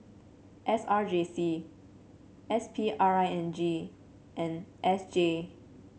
S R J C S P R I N G and S J